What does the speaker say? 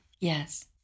Yes